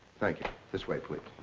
thank you. this way, please.